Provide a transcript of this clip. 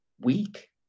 weak